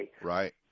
right